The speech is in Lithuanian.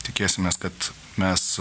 tikėsimės kad mes